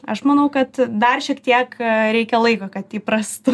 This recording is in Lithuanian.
aš manau kad dar šiek tiek reikia laiko kad įprastų